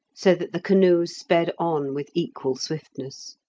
so that the canoe sped on with equal swiftness.